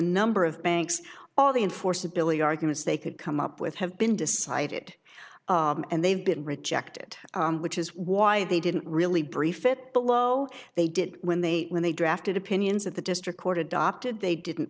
number of banks all the enforceability arguments they could come up with have been decided and they've been rejected which is why they didn't really brief it below they did when they when they drafted opinions that the district court adopted they didn't